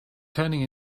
turning